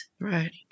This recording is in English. Right